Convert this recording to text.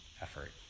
effort